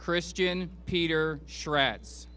christian peter shreds